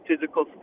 physical